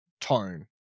tone